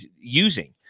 using